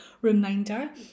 reminder